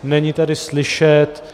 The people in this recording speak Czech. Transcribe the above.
Není tady slyšet.